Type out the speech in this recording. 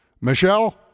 Michelle